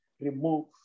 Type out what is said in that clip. remove